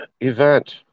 event